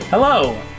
Hello